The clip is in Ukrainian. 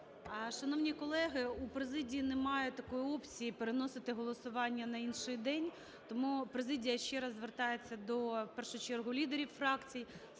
Шановні колеги, у президії немає такої опції - переносити голосування на інший день. Тому президія ще раз звертається до в першу чергу лідерів фракцій